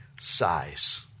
size